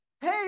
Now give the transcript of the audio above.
Hey